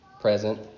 present